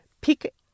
pick